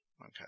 Okay